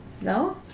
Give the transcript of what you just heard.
No